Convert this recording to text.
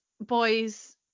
boys